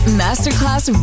masterclass